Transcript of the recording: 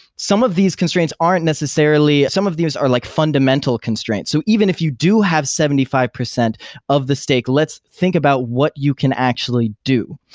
some of these constraints aren't necessarily some of these are like fundamental constraints. so even if you do have seventy five percent of the stake, let's think about what you can actually do.